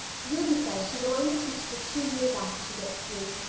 ruby says she will only teach for two years after she gets through,